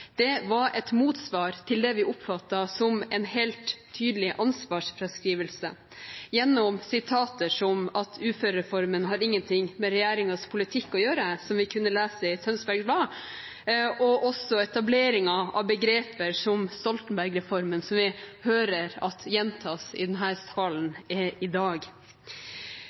Det var et motsvar til det vi oppfattet som en helt tydelig ansvarsfraskrivelse gjennom sitater som «Uførereformen har ingenting med dagens regjering sin politikk å gjøre», som vi kunne lese i Tønsbergs Blad, og også etableringen av begreper som «Stoltenberg-reformen», som vi hører gjentas i denne salen i dag.